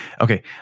Okay